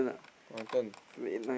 my turn